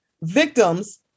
victims